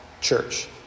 church